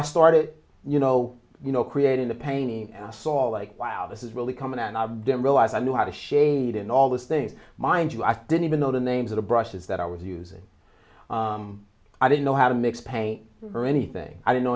i started you know you know creating the painting saw like wow this is really coming and i didn't realize i knew how to shade and all this thing mind you i didn't even know the names of the brushes that i was using i didn't know how to mix paint or anything i didn't know